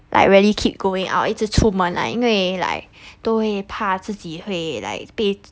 like really keep going out 一直出门啦因为 like 都会怕自己会 like 被